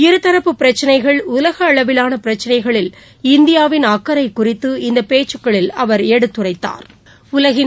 இருதரப்பு பிரச்சனைகள் உலகஅளவிலானபிரச்சனைகளில் இந்தியாவிள் அக்கறைகுறித்து இந்தபேச்சுகளில் அவர் எடுத்துரைத்தாா்